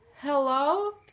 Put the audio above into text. Hello